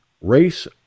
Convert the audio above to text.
race